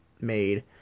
made